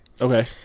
Okay